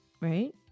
right